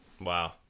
wow